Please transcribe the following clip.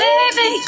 Baby